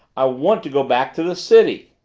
i want to go back to the city!